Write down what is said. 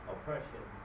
oppression